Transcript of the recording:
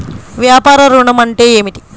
వ్యాపార ఋణం అంటే ఏమిటి?